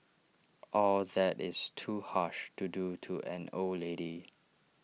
all that is too harsh to do to an old lady